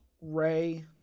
ray